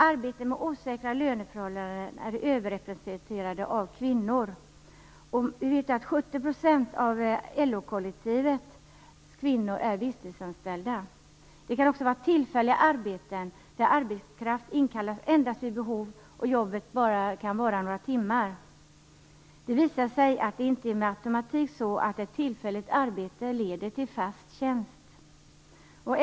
Arbeten med osäkra löneförhållanden är överrepresenterade bland kvinnor. 70 % av LO-kollektivets kvinnor är visstidsanställda. Det kan också handla om tillfälliga arbeten, där arbetskraft inkallas endast vid behov och jobbet kanske bara varar några timmar. Det visar sig att det inte med automatik är så att tillfälligt arbete leder till fast tjänst.